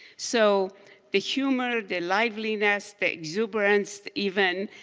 so the humor, the liveliness, the exuberance even,